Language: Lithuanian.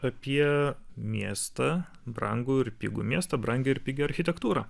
apie miestą brangų ir pigų miestą brangią ir pigią architektūrą